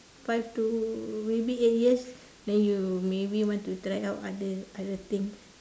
five to maybe eight years then you maybe want to try out other other things